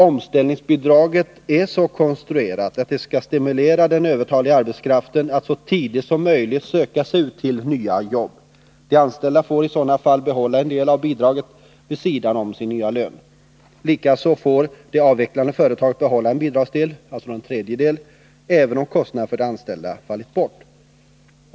Omställningsbidraget är så konstruerat att det skall stimulera den övertaliga arbetskraften att så tidigt som möjligt söka sig ut till nya jobb. De anställda får i sådana fall behålla en del av bidraget vid sidan om sin nya lön. Likaså får det avvecklande företaget behålla en bidragsdel, alltså en tredjedel, även om kostnaden för den anställde fallit bort.